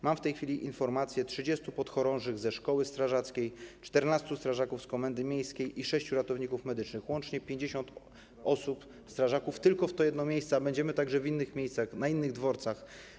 Mam w tej chwili informację: 30 podchorążych ze szkoły strażackiej, 14 strażaków z komendy miejskiej i sześciu ratowników medycznych, łącznie 50 strażaków tylko w to jedno miejsce, a będziemy także w innych miejscach, na innych dworcach.